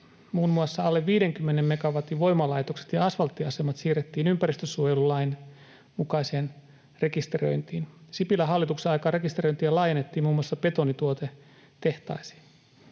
muun muassa alle 50 megawatin voimalaitokset ja asfalttiasemat siirrettiin ympäristönsuojelulain mukaiseen rekisteröintiin. Sipilän hallituksen aikaan rekisteröintiä laajennettiin muun muassa betonituotetehtaisiin.